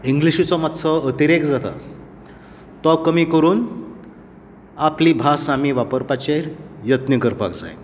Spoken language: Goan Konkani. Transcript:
इंग्लिशिचो मातसो अतिरेक जाता तो कमी करून आपली भास आमी वापराचेर यत्न करपाक जाय